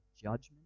judgment